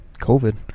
COVID